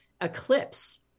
eclipse